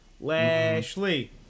Lashley